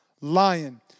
Lion